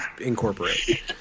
incorporate